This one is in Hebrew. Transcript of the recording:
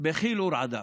בחיל ורעדה.